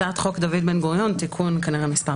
הצעת חוק דוד בן-גוריון (תיקון כנראה מס'